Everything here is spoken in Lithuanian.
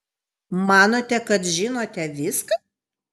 manote kad žinote viską